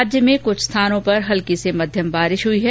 राज्य में कुछ स्थानों पर हल्की से मध्यम बारिश हुई है